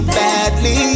badly